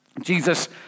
Jesus